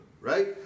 right